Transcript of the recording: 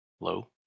Low